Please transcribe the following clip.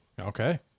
Okay